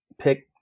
pick